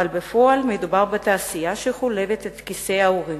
אבל בפועל מדובר בתעשייה שחולבת את כיסי ההורים.